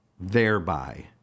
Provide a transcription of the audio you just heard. thereby